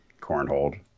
Cornhold